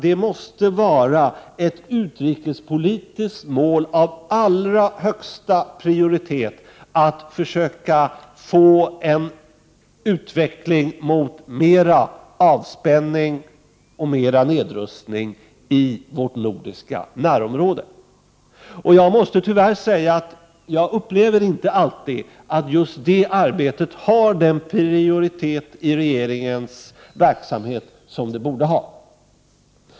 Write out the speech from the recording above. Det måste vara ett utrikespolitiskt mål av allra högsta prioritet att försöka få en utveckling mot mera avspänning och mera nedrustning i vårt nordiska närområde. Jag måste tyvärr säga att jag inte alltid upplever att just det arbetet har den prioritet i regeringens verksamhet som det borde ha.